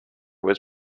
was